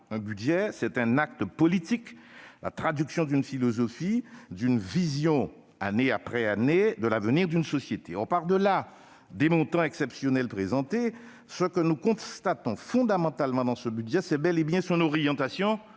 Un budget, c'est un acte politique, la traduction d'une philosophie, d'une vision, année après année, de l'avenir d'une société. Or, par-delà les montants exceptionnels qui sont présentés, ce que nous contestons fondamentalement dans ce budget, c'est bel et bien son orientation